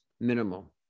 minimal